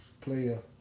player